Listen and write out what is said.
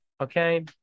Okay